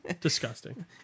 Disgusting